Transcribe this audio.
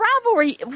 rivalry